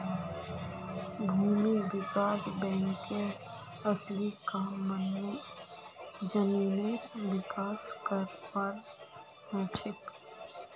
भूमि विकास बैंकेर असली काम जमीनेर विकास करवार हछेक